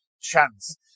chance